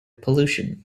pollution